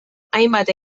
hainbat